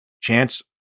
Chance